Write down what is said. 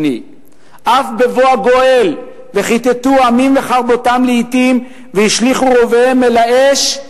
בני./ אף בבוא הגואל וכתתו עמים חרבותם לאתים והשליכו רוביהם אל האש,